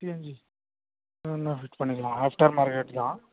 CNG நான் fix பண்ணிக்கலாம் aftermarket தான்